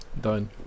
done